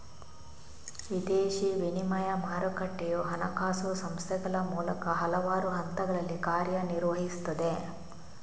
ವಿದೇಶಿ ವಿನಿಮಯ ಮಾರುಕಟ್ಟೆಯು ಹಣಕಾಸು ಸಂಸ್ಥೆಗಳ ಮೂಲಕ ಹಲವಾರು ಹಂತಗಳಲ್ಲಿ ಕಾರ್ಯ ನಿರ್ವಹಿಸುತ್ತದೆ